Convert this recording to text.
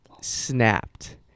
snapped